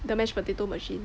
the mashed potato machine